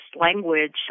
language